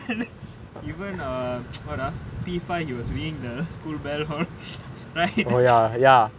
even um [what] ah P five he was ringing the school bell hall right